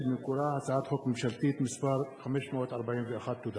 שמקורה הצעת חוק ממשלתית מס' 541. תודה.